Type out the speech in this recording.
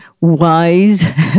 wise